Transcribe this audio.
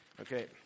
Okay